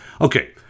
Okay